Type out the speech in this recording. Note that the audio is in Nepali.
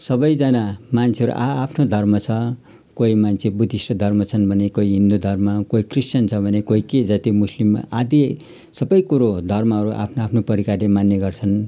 सबैजना मान्छेहरू आ आफ्नो धर्म छ कोही मान्छे बुद्धिस्ट धर्म छन् भने कोही हिन्दू धर्म कोही क्रिश्चियन छ भने कोही के जाति मुस्लिम आदि सबै कुरो धर्महरू आफ्नो आफ्नो प्रकारले मान्ने गर्छन्